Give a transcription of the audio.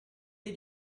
did